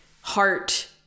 heart